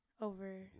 over